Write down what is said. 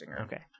Okay